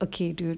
okay dude